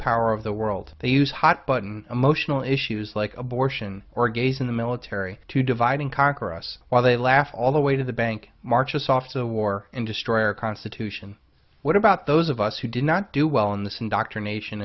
power of the world they use hot button emotional issues like abortion or gays in the military to divide and conquer us while they laugh all the way to the bank march us off to the war and destroy our constitution what about those of us who did not do well in this indoctrination